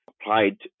applied